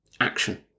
action